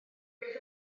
beth